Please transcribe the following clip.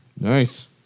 Nice